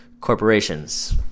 corporations